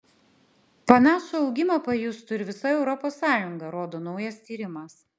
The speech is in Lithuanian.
panašų augimą pajustų ir visa europos sąjunga rodo naujas tyrimas